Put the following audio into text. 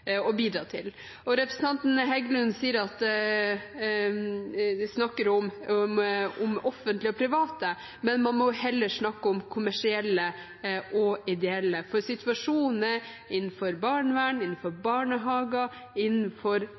bidra til. Representanten Heggelund snakket om offentlige og private, men man må heller snakke om kommersielle og ideelle, for situasjonen innenfor barnevern, barnehager